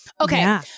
Okay